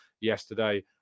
yesterday